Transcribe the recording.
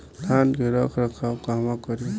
धान के रख रखाव कहवा करी?